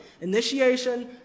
initiation